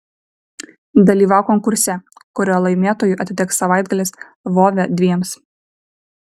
dalyvauk konkurse kurio laimėtojui atiteks savaitgalis lvove dviems